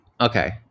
okay